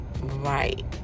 right